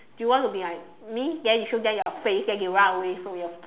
you want to be like me then you show them your face then they run away from your